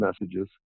messages